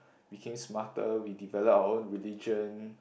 became smarter we develop our own religion